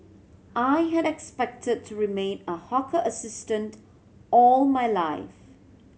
I had expected to remain a hawker assistant all my life